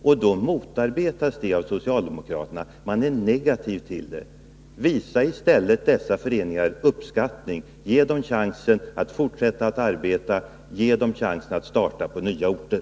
Dessa motarbetas av socialdemokraterna, som är negativa till detta. Visa i stället föreningarna uppskattning! Ge dem chans att fortsätta sitt arbete, ge dem chans att starta på nya orter!